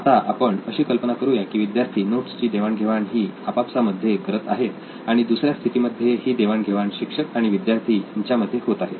आता आपण अशी कल्पना करूया की विद्यार्थी नोट्सची देवाण घेवाण ही आपापसामध्ये करत आहेत आणि दुसऱ्या स्थितीमध्ये ही देवाण घेवाण शिक्षक आणि विद्यार्थी यांच्यामध्ये होत आहे